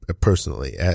personally